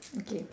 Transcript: okay